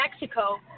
Mexico